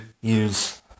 use